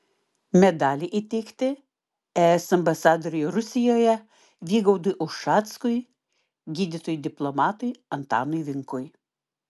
medaliai įteikti es ambasadoriui rusijoje vygaudui ušackui gydytojui diplomatui antanui vinkui